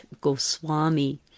Goswami